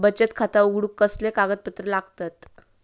बचत खाता उघडूक कसले कागदपत्र लागतत?